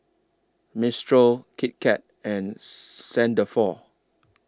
Mistral Kit Kat and Saint Dalfour